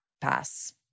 pass